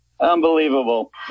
Unbelievable